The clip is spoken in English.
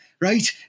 right